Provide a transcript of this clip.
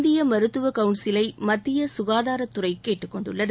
இந்திய மருத்துவ கவுன்சிலை மத்திய ககாதாரத் துறை கேட்டுக்கொண்டுள்ளது